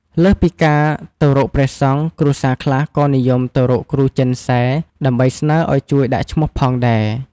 លើសពីការទៅរកព្រះសង្ឃ គ្រួសារខ្លះក៏និយមទៅរកគ្រូចិនសែ ដើម្បីស្នើឲ្យជួយដាក់ឈ្មោះផងដែរ។